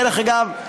דרך אגב,